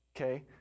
okay